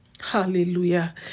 Hallelujah